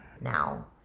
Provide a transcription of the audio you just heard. now